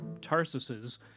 tarsuses